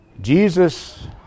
Jesus